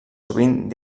sovint